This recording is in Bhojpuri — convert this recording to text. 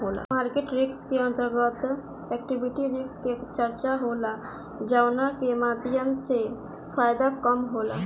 मार्केट रिस्क के अंतर्गत इक्विटी रिस्क के चर्चा होला जावना के माध्यम से फायदा कम होला